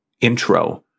intro